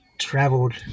traveled